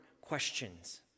questions